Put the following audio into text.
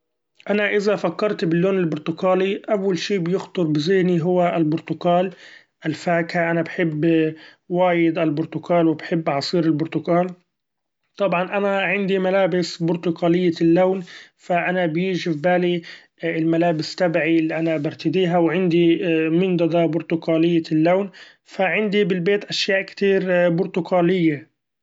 أنا إذا فكرت باللون البرتقالي; أول شي بيخطر بذهني هو البرتقال الفاكهه أنا بحب وايد البرتقال وبحب عصير البرتقال، طبعا أنا عندي ملابس برتقالية اللون ف أنا بييچي في بالي الملابس تبعي اللي أنا برتديها ، وعندي منضدة برتقالية اللون ف عندي بالبيت أشياء كتير برتقالية.